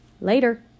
Later